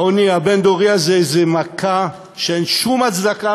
העוני הבין-דורי הזה הוא מכה שאין לה שום הצדקה.